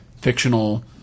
fictional